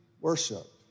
worship